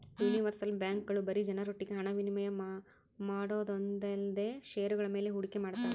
universal ಬ್ಯಾಂಕ್ಗಳು ಬರೀ ಜನರೊಟ್ಟಿಗೆ ಹಣ ವಿನಿಮಯ ಮಾಡೋದೊಂದೇಲ್ದೆ ಷೇರುಗಳ ಮೇಲೆ ಹೂಡಿಕೆ ಮಾಡ್ತಾವೆ